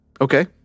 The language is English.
Okay